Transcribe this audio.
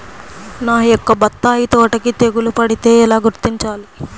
నా యొక్క బత్తాయి తోటకి తెగులు పడితే ఎలా గుర్తించాలి?